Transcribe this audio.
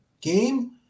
game